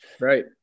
Right